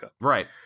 Right